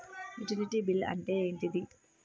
Utility bill అంటే ఏంటిది?